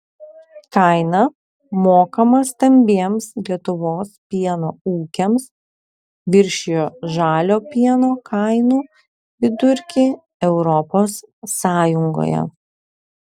kaina mokama stambiems lietuvos pieno ūkiams viršijo žalio pieno kainų vidurkį europos sąjungoje